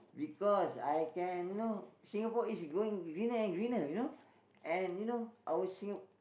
because I can you know Singapore is going greener and greener you know and you know our Singa~